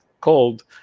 called